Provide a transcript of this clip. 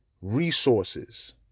resources